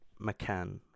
McCann